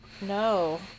No